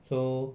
so